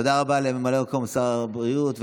תודה רבה לממלא מקום שר הבריאות.